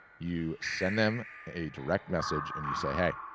you send them a direct message and you say, hey,